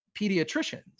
pediatricians